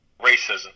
racism